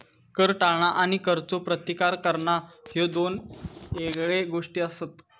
कर टाळणा आणि करचो प्रतिकार करणा ह्ये दोन येगळे गोष्टी आसत